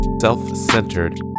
Self-centered